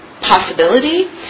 possibility